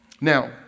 Now